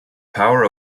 power